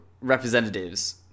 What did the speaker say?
representatives